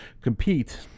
compete